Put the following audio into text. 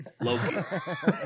Loki